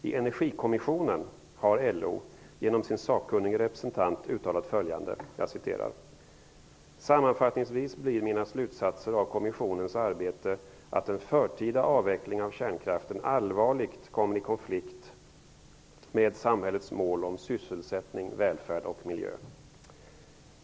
I Energikommissionen har LO genom sin sakkunnige representant uttalat följande: Sammanfattningsvis blir mina slutsatser av kommissionens arbete att en förtida avveckling av kärnkraften allvarligt kommer i konflikt med samhällets mål om sysselsättning, välfärd och miljö.